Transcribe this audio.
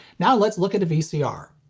now let's look at a vcr.